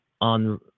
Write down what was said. on